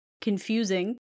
Confusing